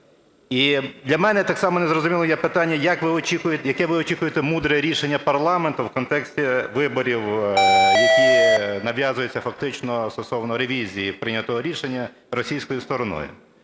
для мене так само незрозумілим є питання, яке ви очікуєте мудре рішення парламенту в контексті виборів, які нав'язуються фактично стосовно ревізії прийнятого рішення російською стороною.